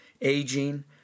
aging